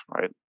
right